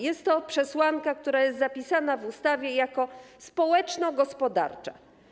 Jest to przesłanka, która jest zapisana w ustawie jako społeczno-gospodarcza.